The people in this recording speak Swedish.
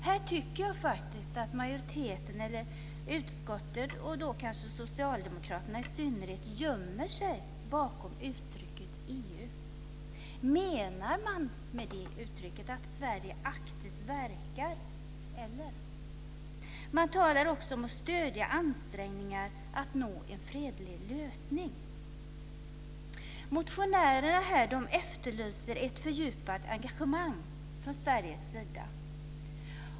Här tycker jag faktiskt att utskottet, och socialdemokraterna i synnerhet, gömmer sig bakom uttrycket EU. Menar man med det uttrycket att Sverige aktivt verkar, eller? Man talar också om att stödja ansträngningar att nå en fredlig lösning. Motionärerna efterlyser här ett fördjupat engagemang från Sveriges sida.